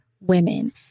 Women